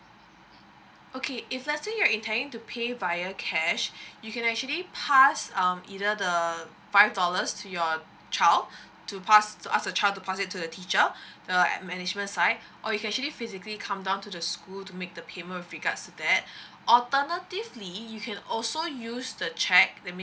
okay if let's say you're intending to pay via cash you can actually pass um either the uh five dollars to your child to pass to ask a child to pass it to the teacher uh at management side or you can actually physically come down to the school to make the payment with regards to that alternatively you can also use the cheque let me